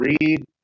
read